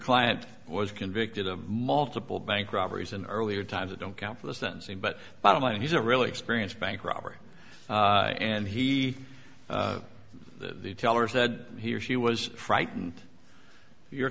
client was convicted of multiple bank robberies in earlier times it don't count for the sentencing but bottom line he's a really experienced bank robber and he the teller said he or she was frightened your